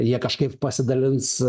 jie kažkaip pasidalins